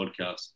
podcast